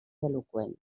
eloqüent